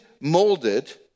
molded